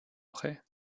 après